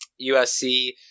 USC